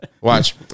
Watch